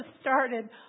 started